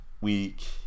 week